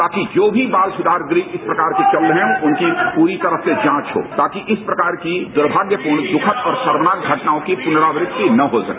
बाकी जो भी बाल सुधार गृह इस प्रकार के चल रहे है उनकी पूरी तरह से जांच हो ताकि इस प्रकार की दुर्भाग्यपूर्ण दुखद और शर्मनाक घटनाओं की पुनरावृत्ति न हो सके